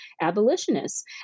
abolitionists